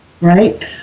right